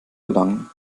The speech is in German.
gelangen